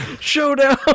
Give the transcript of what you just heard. Showdown